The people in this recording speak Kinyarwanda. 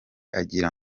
agira